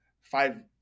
five